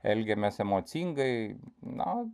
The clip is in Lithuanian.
elgiamės emocingai na